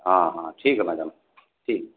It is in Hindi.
हाँ हाँ ठीक है मैडम ठीक